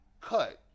cut